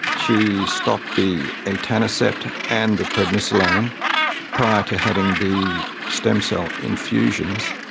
she stopped the etanercept and the prednisolone prior to having the stem cell infusions,